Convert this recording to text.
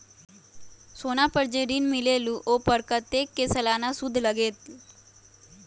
सोना पर जे ऋन मिलेलु ओपर कतेक के सालाना सुद लगेल?